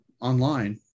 online